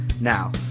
Now